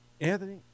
Anthony